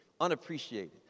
Unappreciated